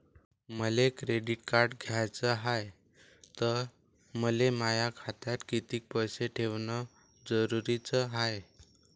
मले credit card घ्याचं हाय, त मले माया खात्यात कितीक पैसे ठेवणं जरुरीच हाय?